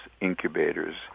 incubators